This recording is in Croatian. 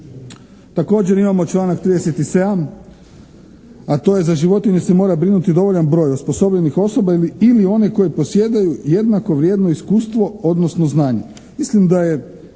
Također imamo članak 37., a to je: "Za životinje se mora brinuti dovoljan broj osposobljenih osoba ili one koje posjeduju jednako vrijedno iskustvo, odnosno znanje."